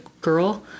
girl